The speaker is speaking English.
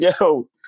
yo